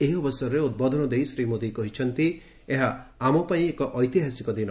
ଏହି ଅବସରରେ ଉଦ୍ବୋଧନ ଦେଇ ଶ୍ରୀ ମୋଦି କହିଛନ୍ତି ଏହା ଆମ ପାଇଁ ଏକ ଐତିହାସିକ ଦିନ